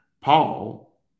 Paul